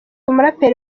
umuraperi